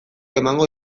emango